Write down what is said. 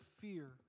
fear